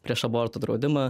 prieš abortų draudimą